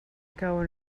cauen